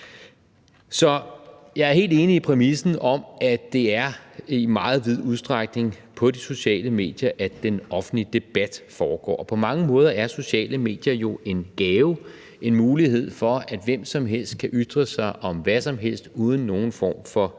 Så jeg er helt enig i præmissen om, at det i meget vid udstrækning er på de sociale medier, at den offentlige debat foregår. På mange måder er sociale medier jo en gave, en mulighed for, at hvem som helst kan ytre sig om hvad som helst uden nogen form for censur.